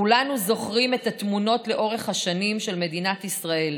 כולנו זוכרים את התמונות לאורך השנים של מדינת ישראל: